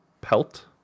pelt